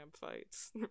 fights